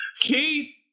Keith